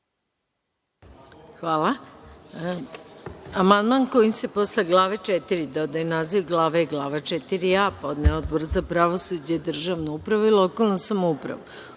Hvala.